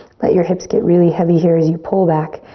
let your hips get really heavy here as you pull back,